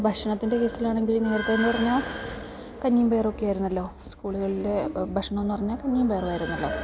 ഭക്ഷണത്തിൻ്റെ കേസിലാണെങ്കിൽ നേരത്തെയെന്നു പറഞ്ഞാൽ കഞ്ഞിയും പയറുമൊക്കെ ആയിരുന്നല്ലോ സ്കൂളുകളിലെ ഭക്ഷണം എന്നു പറഞ്ഞാൽ കഞ്ഞിയും പയറും ആയിരുന്നല്ലോ